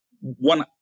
One